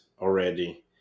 already